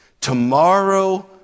tomorrow